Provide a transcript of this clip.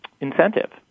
Incentive